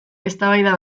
eztabaida